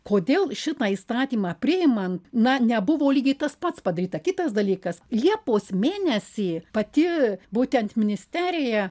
kodėl šitą įstatymą priimant na nebuvo lygiai tas pats padaryta kitas dalykas liepos mėnesį pati būtent ministerija